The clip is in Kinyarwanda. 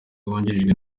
wungirijwe